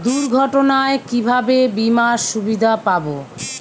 দুর্ঘটনায় কিভাবে বিমার সুবিধা পাব?